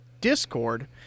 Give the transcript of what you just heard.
Discord